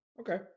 okay